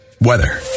weather